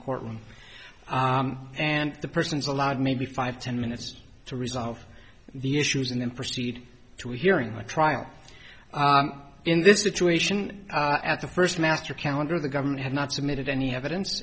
courtroom and the person is allowed maybe five ten minutes to resolve the issues and then proceed to a hearing the trial in this situation at the first master calendar the government had not submitted any evidence